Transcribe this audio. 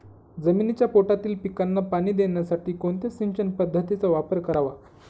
जमिनीच्या पोटातील पिकांना पाणी देण्यासाठी कोणत्या सिंचन पद्धतीचा वापर करावा?